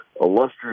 illustrious